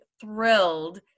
thrilled